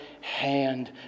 hand